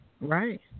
Right